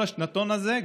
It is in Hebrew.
כל השנתון הזה,